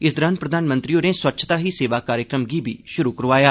इस दौरान प्रधानमंत्री होरें स्वच्छता ही सेवा कार्यक्रम बी शुरू करोआया